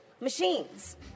machines